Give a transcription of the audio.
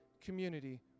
community